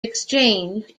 exchange